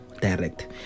direct